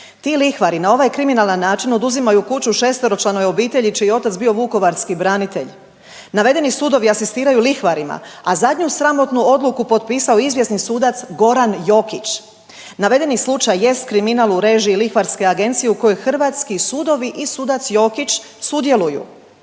Ti lihvari na ovaj kriminalan način oduzimaju kuću 6-članoj obitelji čiji je otac bio vukovarski branitelj. Navedeni sudovi asistiraju lihvarima, a zadnju sramotnu odluku potpisao je izvjesni sudac Goran Jokić. Navedeni slučaj jest kriminal u režiji lihvarske agencije u kojoj hrvatski sudovi i sudac Jokić sudjeluju.